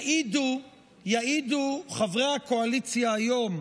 יעידו חברי הקואליציה היום,